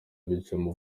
bicamo